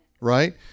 right